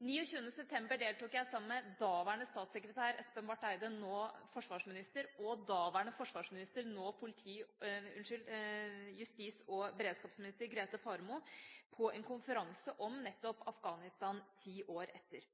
29. september deltok jeg, sammen med daværende statssekretær, nå forsvarsminister, Espen Barth Eide, og daværende forsvarsminister, nå justis- og beredskapsminister, Grete Faremo, på en konferanse om nettopp Afghanistan ti år etter.